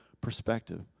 perspective